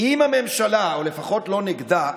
עם הממשלה או לפחות לא נגדה,